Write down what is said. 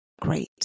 great